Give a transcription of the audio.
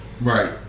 Right